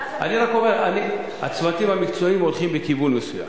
אני רק אומר: הצוותים המקצועיים הולכים בכיוון מסוים.